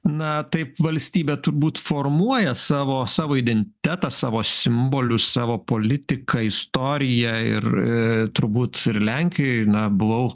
na taip valstybė turbūt formuoja savo savo identitetą savo simbolius savo politiką istoriją ir turbūt ir lenkijoj na buvau